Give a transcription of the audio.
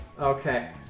Okay